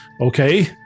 Okay